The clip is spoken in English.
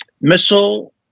missile